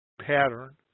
pattern